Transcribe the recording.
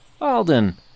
Alden